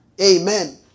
Amen